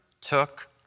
took